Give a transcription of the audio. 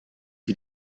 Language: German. wie